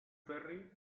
ferry